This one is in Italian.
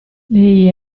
lei